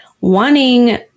wanting